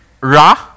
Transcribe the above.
Ra